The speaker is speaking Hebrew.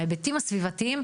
ההיבטים הסביבתיים,